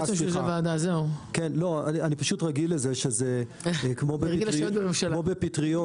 אני רואה את זה כמו בפטריות,